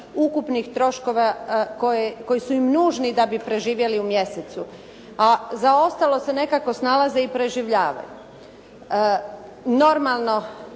ukupnih troškova koji su im nužni da bi preživjeli u mjesecu. A za ostalo se nekako snalaze i preživljavaju. Normalno